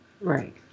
Right